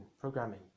programming